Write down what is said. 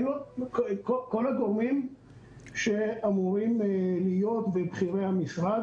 היו כל הגורמים שאמורים להיות ובכירי המשרד